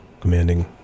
commanding